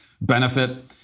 benefit